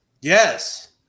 Yes